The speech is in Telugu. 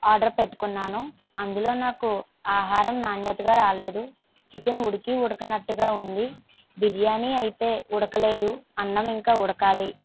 ఆర్డర్ పెట్టుకున్నాను అందులో నాకు ఆహారం నాణ్యతగా రాలేదు చికెన్ ఉడికి ఉడికనట్టుగా ఉంది బిర్యానీ అయితే ఉడకలేదు అన్నం ఇంకా ఉడకాలి